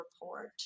report